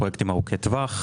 פרויקטים ארוכי טווח,